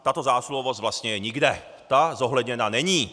Tato zásluhovost vlastně je nikde, ta zohledněna není!